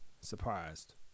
surprised